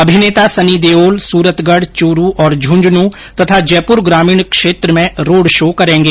अभिनेता सनी देओल सूरतगढ चूरू और झुंझुनूं तथा जयपुर ग्रामीण क्षेत्र में रोड शो करेंगे